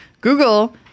google